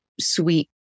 sweet